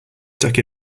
stuck